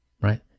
right